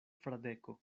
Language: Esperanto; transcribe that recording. fradeko